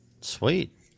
Sweet